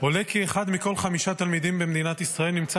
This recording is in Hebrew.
עולה כי אחד מכל חמישה תלמידים במדינת ישראל נמצא